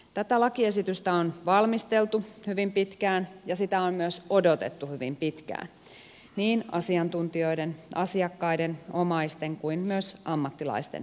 tätä lakiesitystä on valmisteltu hyvin pitkään ja sitä on myös odotettu hyvin pitkään niin asiantuntijoiden asiakkaiden omaisten kuin myös ammattilaisten keskuudessa